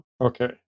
Okay